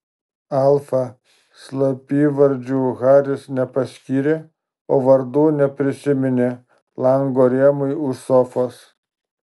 alfa slapyvardžių haris nepaskyrė o vardų neprisiminė lango rėmui už sofos